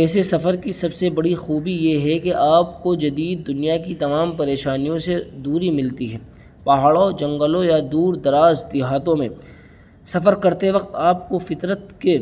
ایسے سفر کی سب سے بڑی خوبی یہ ہے کہ آپ کو جدید دنیا کی تمام پریشانیوں سے دوری ملتی ہے پہاڑوں جنگلوں یا دور دراز دیہاتوں میں سفر کرتے وقت آپ کو فطرت کے